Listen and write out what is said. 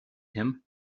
him